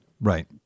Right